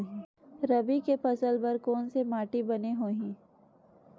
रबी के फसल बर कोन से माटी बने होही?